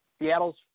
Seattle's